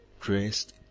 Dressed